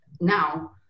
now